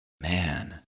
man